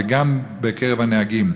וגם בקרב הנהגים.